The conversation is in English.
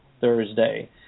Thursday